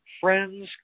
friends